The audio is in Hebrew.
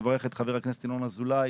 מברך את חבר הכנסת ינון אזולאי.